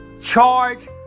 charge